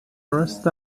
rest